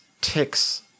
ticks